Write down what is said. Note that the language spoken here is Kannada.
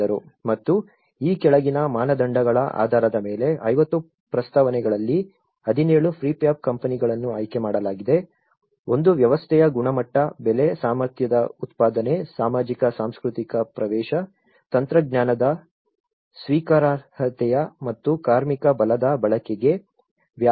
ಮತ್ತು ಈ ಕೆಳಗಿನ ಮಾನದಂಡಗಳ ಆಧಾರದ ಮೇಲೆ 50 ಪ್ರಸ್ತಾವನೆಗಳಲ್ಲಿ 17 ಪ್ರಿಫ್ಯಾಬ್ ಕಂಪನಿಗಳನ್ನು ಆಯ್ಕೆ ಮಾಡಲಾಗಿದೆ ಒಂದು ವ್ಯವಸ್ಥೆಯ ಗುಣಮಟ್ಟ ಬೆಲೆ ಸಾಮರ್ಥ್ಯದ ಉತ್ಪಾದನೆ ಸಾಮಾಜಿಕ ಸಾಂಸ್ಕೃತಿಕ ಪ್ರವೇಶ ತಂತ್ರಜ್ಞಾನದ ಸ್ವೀಕಾರಾರ್ಹತೆ ಮತ್ತು ಕಾರ್ಮಿಕ ಬಲದ ಬಳಕೆಗೆ ವ್ಯಾಪ್ತಿ